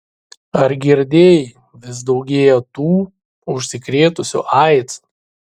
ar girdėjai vis daugėja tų užsikrėtusių aids